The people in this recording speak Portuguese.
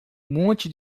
monte